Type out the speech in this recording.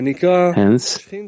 Hence